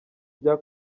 bya